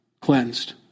cleansed